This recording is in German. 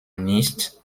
nichts